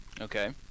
Okay